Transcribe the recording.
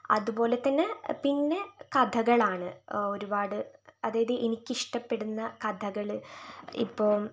അതുപോലെ തന്നെ പിന്നെ കഥകളാണ് ഒരുപാട് അതായത് എനിക്ക് ഇഷ്ടപ്പെടുന്ന കഥകൾ ഇപ്പോൾ